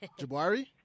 Jabari